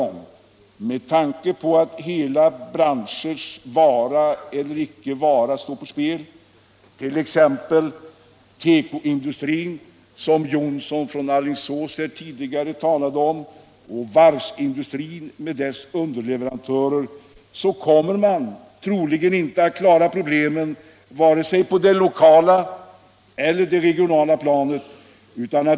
Men med tanke på att he!a branschers vara eller icke vara står på spel —t.ex. tekoindustrin, som herr Jonsson i Alingsås tidigare talade om, och varvsindustrin med dess underleverantörer — kommer man troligen inte att klara problemen vare sig på det lokala eller regionala planet.